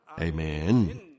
Amen